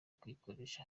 kuyikoresha